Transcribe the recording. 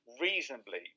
reasonably